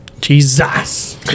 Jesus